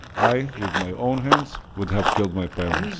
i with my own hands would have killed my parents.